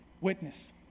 witness